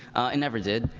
it never did.